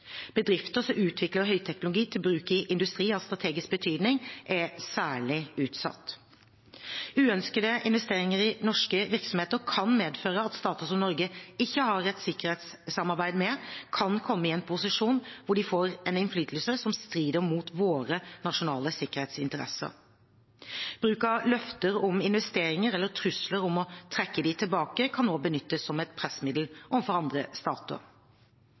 Bedrifter som utvikler høyteknologi til bruk i industri av strategisk betydning, er særlig utsatt. Uønskede investeringer i norske virksomheter kan medføre at stater som Norge ikke har et sikkerhetssamarbeid med, kan komme i en posisjon hvor de får en innflytelse som strider mot våre nasjonale sikkerhetsinteresser. Bruk av løfter om investeringer eller trusler om å trekke dem tilbake kan også benyttes som et pressmiddel overfor andre